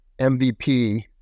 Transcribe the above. MVP